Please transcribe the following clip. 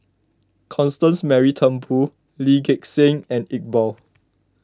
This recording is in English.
Constance Mary Turnbull Lee Gek Seng and Iqbal